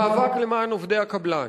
המאבק למען עובדי הקבלן,